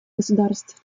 государств